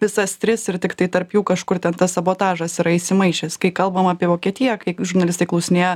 visas tris ir tiktai tarp jų kažkur ten tas sabotažas yra įsimaišęs kai kalbam apie vokietiją kai žurnalistai klausinėja